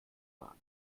waren